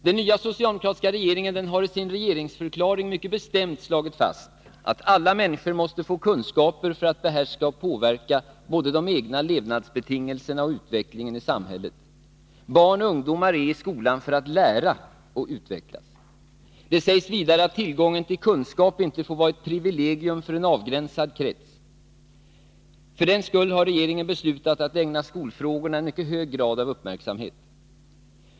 Den nya socialdemokratiska regeringen har i sin regeringsförklaring mycket bestämt slagit fast att ”alla människor måste få kunskaper för att behärska och påverka både de egna levnadsbetingelserna och utvecklingen i samhället. Barn och ungdomar är i skolan för att lära och utvecklas.” Det sägs vidare att tillgången till kunskap inte får vara ett privilegium för en avgränsad krets. För den skull har regeringen beslutat att ägna skolfrågorna en mycket hög grad av uppmärksamhet.